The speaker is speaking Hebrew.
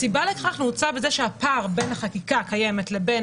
הסיבה לכך נעוצה בכך שהפער בין החקיקה הקיימת לבין